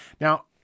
Now